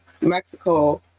mexico